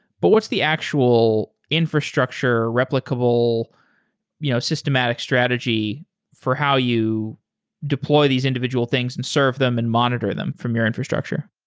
but what's the actual infrastructure replicable you know systematic strategy for how you deploy these individual things and serve them and monitor them from your infrastructure?